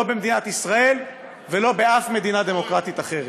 לא במדינת ישראל ולא באף מדינה דמוקרטית אחרת.